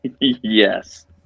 Yes